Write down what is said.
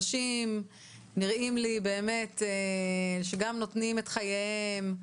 אנשים נראים לי באמת שגם נותנים את חייהם,